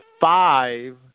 five